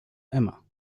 emma